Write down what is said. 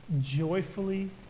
joyfully